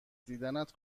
دیدنت